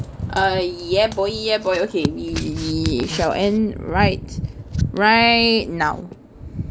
uh ya boy ya boy okay me me we shall end right right now